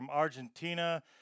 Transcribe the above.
Argentina